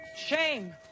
Shame